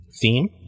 theme